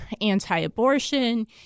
anti-abortion